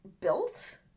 built